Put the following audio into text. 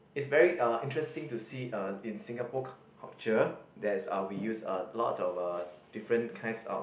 it's very uh interesting to see uh in Singapore cul~ culture there's uh we use a lot of uh different kinds of